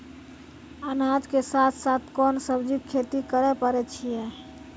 अनाज के साथ साथ कोंन सब्जी के खेती करे पारे छियै?